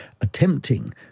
attempting